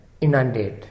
inundate